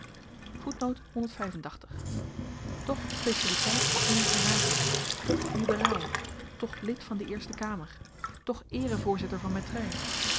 toch specialiteit voor indische zaken toch liberaal toch lid van de eerste kamer toch eere voorzitter van mettray